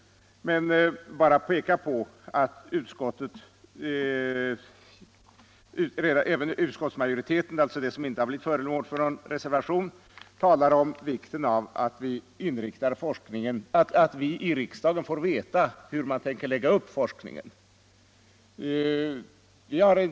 Jag bara pekar på att även utskottsmajoriteten i sin skrivning — alltså den del som inte blivit föremål för någon reservation — talar om vikten av att vi i riksdagen får veta hur man tänker lägga upp denna forskning.